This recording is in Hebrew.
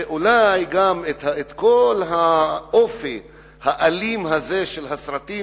ואולי גם את כל האופי האלים הזה של הסרטים